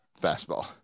fastball